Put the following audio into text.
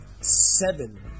seven